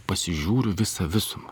pasižiūriu visą visumą